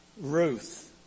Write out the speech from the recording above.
Ruth